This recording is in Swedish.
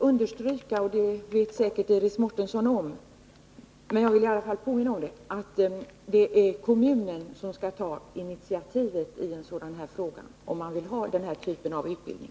Herr talman! Jag vill till slut påminna om att det — som Iris Mårtensson säkert känner till - är kommunen som skall ta initiativet, om den vill ha denna typ av utbildning.